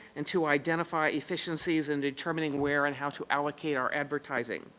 and to identify efficiencies and determining where and how to allocate our advertising.